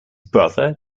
brother